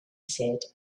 said